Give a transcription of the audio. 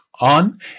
on